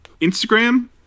Instagram